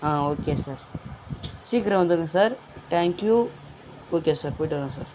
ஆ okay sir சீக்கிரம் வந்துருங்க sir thank you okay sir போயிவிட்டு வரேன் சார்